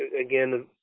again